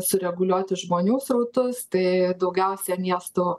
sureguliuoti žmonių srautus tai daugiausia miestų